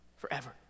Forever